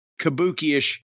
kabuki-ish